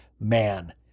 man